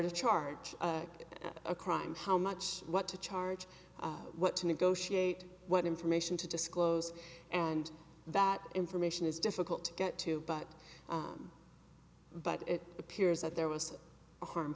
to charge a crime how much what to charge what to negotiate what information to disclose and that information is difficult to get to but but it appears that there was a harm